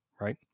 Right